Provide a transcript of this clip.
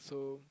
so